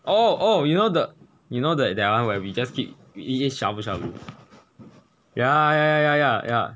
oh oh you know the you know that that one where we just keep we eat this shabu shabu ya ya ya ya ya ya